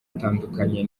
atandukanye